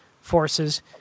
forces